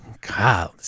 God